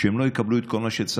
שהם לא יקבלו את כל מה שצריך.